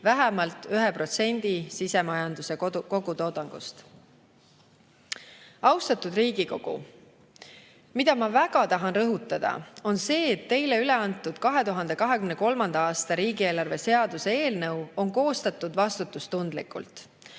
vähemalt 1% sisemajanduse kogutoodangust. Austatud Riigikogu! Ma tahan väga rõhutada, et teile üleantud 2023. aasta riigieelarve seaduse eelnõu on koostatud vastutustundlikult.